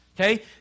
okay